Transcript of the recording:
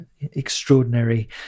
extraordinary